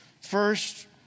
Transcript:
first